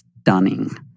stunning